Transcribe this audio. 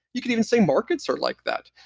you could even say markets are like that.